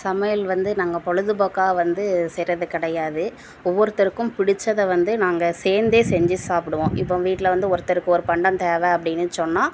சமையல் வந்து நாங்கள் பொழுதுபோக்கா வந்து செய்கிறது கெடையாது ஒவ்வொருத்தருக்கும் பிடிச்சத வந்து நாங்கள் சேர்ந்தே செஞ்சு சாப்பிடுவோம் இப்போது வீட்டில் வந்து ஒருத்தருக்கு ஒரு பண்டம் தேவை அப்படின்னு சொன்னால்